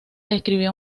escribió